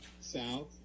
South